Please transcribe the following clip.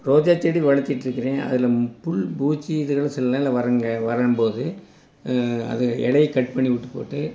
ரோஜா செடி வளர்த்திட்ருக்கிறேன் அதில் புழு பூச்சி இதுகளெலாம் சில நாளில் வருங்க வரும்போது அது இலைய கட் பண்ணி விட்டு போட்டு